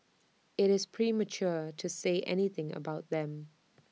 IT is premature to say anything about them